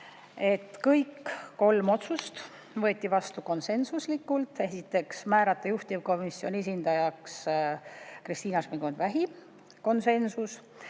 Kõik kolm otsust võeti vastu konsensuslikult. Esiteks, määrata juhtivkomisjoni esindajaks Kristina Šmigun-Vähi, konsensus.